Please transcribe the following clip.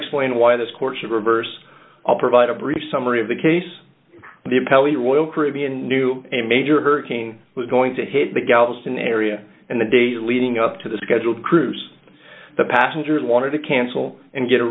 explain why this court should reverse i'll provide a brief summary of the case the appellate oil caribbean knew a major hurricane was going to hit the galveston area in the days leading up to the scheduled cruise the passengers wanted to cancel and get a